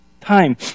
time